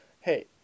hey